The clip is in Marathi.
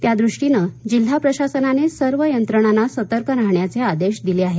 त्यादृष्टीनं जिल्हा प्रशासनाने सर्व यंत्रणांना सतर्क राहण्याचे आदेश दिले आहेत